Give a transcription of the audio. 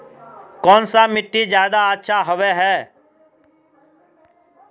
कौन सा मिट्टी ज्यादा अच्छा होबे है?